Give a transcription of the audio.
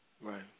Right